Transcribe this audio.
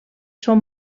són